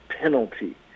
penalty